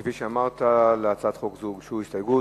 כפי שאמרת, להצעת חוק זו הוגשו הסתייגויות.